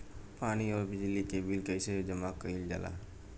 पानी और बिजली के बिल कइसे जमा कइल जाला?